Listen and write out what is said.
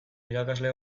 irakasle